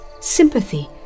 sympathy